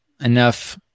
enough